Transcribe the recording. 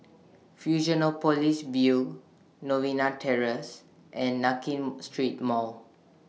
Fusionopolis View Novena Terrace and Nankin Street Mall